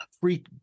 free